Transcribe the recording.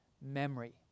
memory